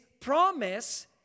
promise